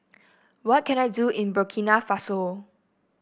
what can I do in Burkina Faso